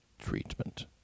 treatment